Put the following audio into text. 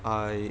I